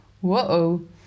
whoa